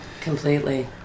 completely